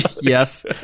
Yes